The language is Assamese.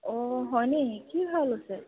অঁ হয় নেকি কি ভাও লৈছে